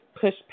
push